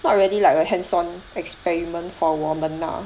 not really like a hands on experiment for 我们 ah